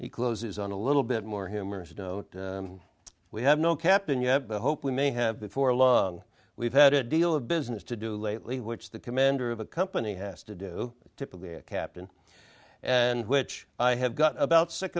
he closes on a little bit more him or said no we have no captain yet the hope we may have before long we've had a deal of business to do lately which the commander of a company has to do typically a captain and which i have got about sick